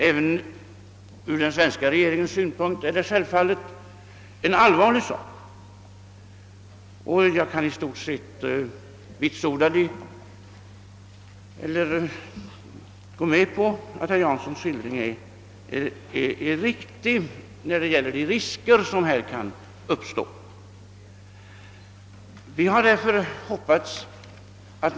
Även ur den svenska regeringens synpunkt är det självfallet en allvarlig sak och jag kan hålla med om att herr Janssons skildring av de risker som kan uppstå i stort sett är riktig.